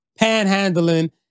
panhandling